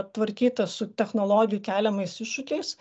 tvarkytis su technologijų keliamais iššūkiais